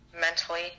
mentally